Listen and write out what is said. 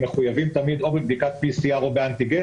הם תמיד מחויבים או בבדיקת PCR או באנטיגן.